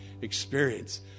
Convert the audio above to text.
experience